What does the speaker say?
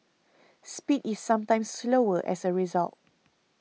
speed is sometimes slower as a result